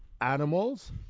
animals